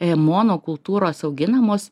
e mono kultūros auginamos